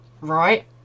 right